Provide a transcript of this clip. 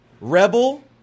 rebel